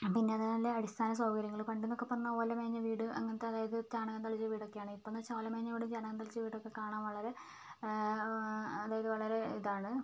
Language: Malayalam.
പിന്നെ അതുപോലെ അടിസ്ഥാന സൗകര്യങ്ങൾ പണ്ടെന്നൊക്കെ പറഞ്ഞാൽ ഓല മേഞ്ഞ വീട് അങ്ങനത്തെ അതായത് ചാണകം തളിച്ച വീടൊക്കെയാണ് ഇപ്പോൾ എന്ന് വെച്ചാൽ ഓല മേഞ്ഞ വീടും ചാണകം തളിച്ച വീടും ഒക്കെ കാണാൻ വളരെ അതായത് വളരെ ഇതാണ്